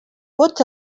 what